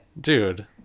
dude